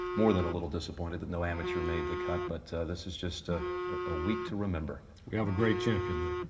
more than a little disappointed that no amateur made the cut. but this is just a a week to remember. we have a great champion, though.